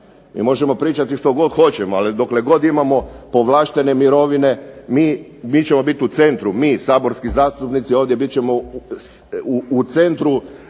Mi možemo pričati što god hoćemo, ali dokle god imamo povlaštene mirovine, mi ćemo bit u centru, mi saborski zastupnici ovdje bit ćemo u centru,